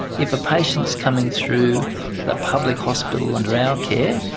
if a patient is coming through the public hospital under our care,